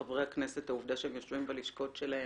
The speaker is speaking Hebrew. העובדה שהם יושבים בלשכות שלהם,